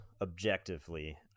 objectively